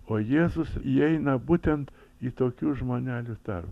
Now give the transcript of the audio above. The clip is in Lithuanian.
o jėzus įeina būtent į tokius žmonelių tarp